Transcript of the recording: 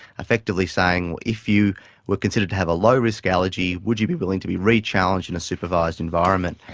effectively saying if you were considered to have a low risk allergy would you be willing to be re-challenged in a supervised environment.